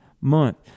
month